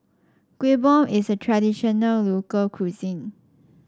Kueh Bom is a traditional local cuisine